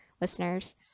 listeners